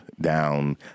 down—